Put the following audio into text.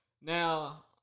Now